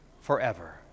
forever